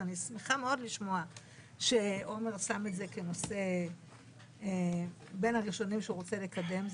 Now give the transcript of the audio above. ואני שמחה מאוד לשמוע שעמר עשה מזה נושא בין הראשונים שהוא רוצה לקדם.